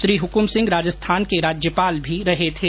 श्री हृकम सिंह राजस्थान के राज्यपाल भी रहे थे